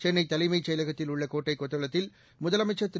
சென்னை தலைமைச் செயலகத்தில் உள்ள கோட்டை கொத்தளத்தில் முதலமைச்சர் திரு